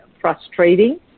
frustrating